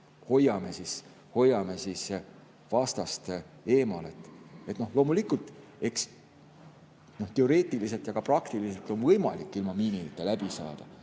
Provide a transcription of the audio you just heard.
hoiame vastast eemale. Loomulikult, eks teoreetiliselt ja ka praktiliselt on võimalik ilma miinideta läbi saada,